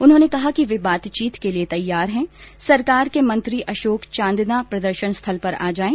उन्होंने कहा कि ये बातचीत को तैयार हैं सरकार के मंत्री अशोक चांदना प्रदर्शनस्थल पर आ जायें